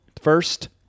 first